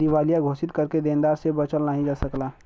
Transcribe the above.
दिवालिया घोषित करके देनदार से बचल नाहीं जा सकला